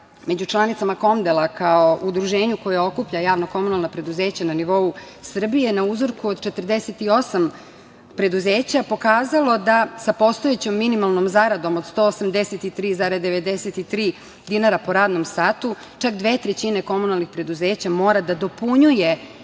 među članicama KOMDEL-a kao udruženje koje okuplja javna komunalna preduzeća na nivou Srbije, na uzorku od 48 preduzeća pokazalo da sa postojećom minimalnom zaradom od 183,93 dinara po radnom satu, čak dve trećine komunalnih preduzeća mora da dopunjuje